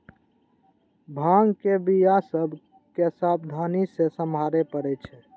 भांग के बीया सभ के सावधानी से सम्हारे परइ छै